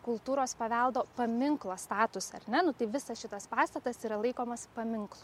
kultūros paveldo paminklo statusą ar ne nu tai visas šitas pastatas yra laikomas paminklu